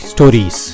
Stories